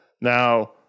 Now